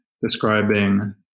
describing